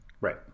Right